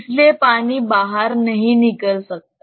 इसलिए पानी बाहर नहीं निकल सकता